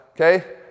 Okay